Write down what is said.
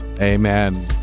Amen